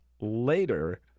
later